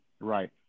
right